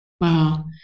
Wow